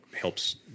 helps